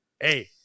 Hey